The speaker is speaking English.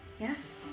Yes